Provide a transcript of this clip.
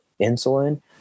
insulin